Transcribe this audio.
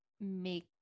make